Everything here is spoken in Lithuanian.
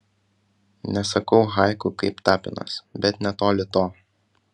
nesakau haiku kaip tapinas bet netoli to